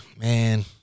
man